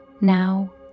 Now